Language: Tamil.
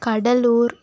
கடலூர்